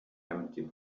empty